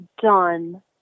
done